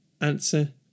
Answer